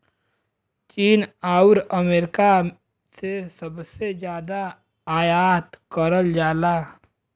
चीन आउर अमेरिका से सबसे जादा आयात करल जाला